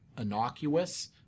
innocuous